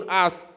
earth